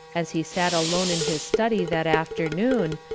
as he sat alone in his study that afternoon,